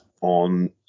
on